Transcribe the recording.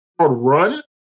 run